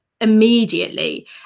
immediately